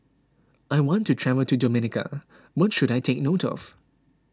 I want to travel to Dominica what should I take note of